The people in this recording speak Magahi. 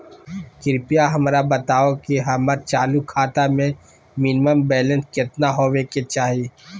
कृपया हमरा बताहो कि हमर चालू खाता मे मिनिमम बैलेंस केतना होबे के चाही